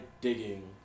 digging